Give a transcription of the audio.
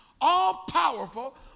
all-powerful